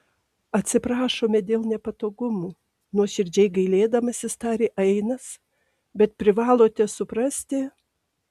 atsiprašome dėl nepatogumų nuoširdžiai gailėdamasis tarė ainas bet privalote suprasti